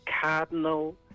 cardinal